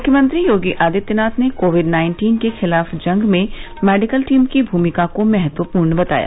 मुख्यमंत्री योगी आदित्यनाथ ने covid nineteen के खिलाफ जंग में मेडिकल टीम की भूमिका को महत्वपूर्ण बताया